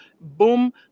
boom